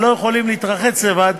ולא יכולים להתרחץ לבד,